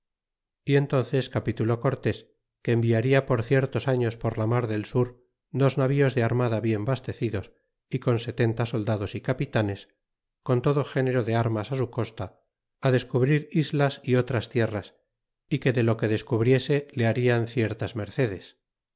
y entónces capituló cortés que enviada por ciertos años por la mar del sur dos navíos de armada bien bastecidos y con setenta soldados y capitanes con todo género de armas su costa descubrir islas é otras tierras y que de lo que descubriese le harian ciertas mercedes